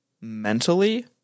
mentally